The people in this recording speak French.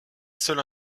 seule